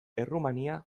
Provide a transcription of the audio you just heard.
errumania